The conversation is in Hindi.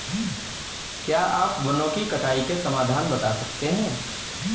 क्या आप वनों की कटाई के समाधान बता सकते हैं?